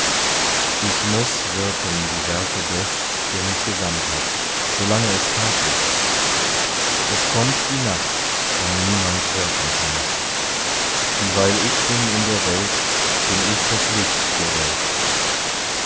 ich muß wirken die werke des der mich gesandt hat solange es tag ist es kommt die nacht da niemand wirken kann dieweil ich bin in der welt bin ich das licht der welt